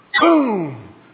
boom